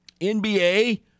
NBA